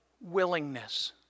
willingness